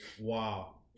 Wow